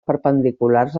perpendiculars